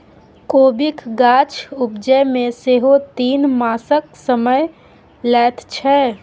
कोबीक गाछ उपजै मे सेहो तीन मासक समय लैत छै